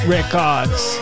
Records